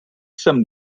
jsem